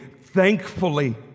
thankfully